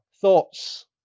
Thoughts